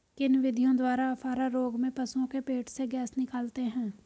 किन विधियों द्वारा अफारा रोग में पशुओं के पेट से गैस निकालते हैं?